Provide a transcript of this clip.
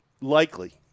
likely